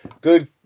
good